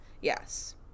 yes